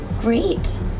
great